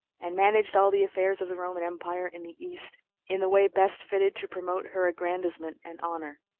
and managed all the affairs of the roman empire in the east in the way best fitted to promote her aggrandizement and honor.